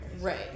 Right